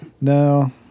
no